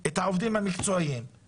אתם רואים את הדבר הזה.